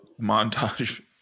montage